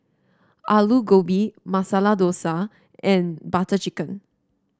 Alu Gobi Masala Dosa and Butter Chicken